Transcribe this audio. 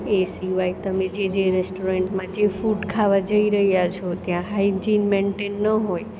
એ સિવાય તમે જે જે રેસ્ટોરન્ટમાં જે ફૂડ ખાવા જઈ રહ્યા છો ત્યાં હાઇજિન મેન્ટેન ન હોય